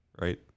right